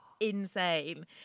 Insane